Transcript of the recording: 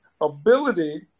ability